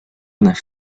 unas